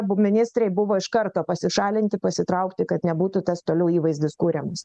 abu ministrai buvo iš karto pasišalinti pasitraukti kad nebūtų tas toliau įvaizdis kuriamas